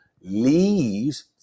leaves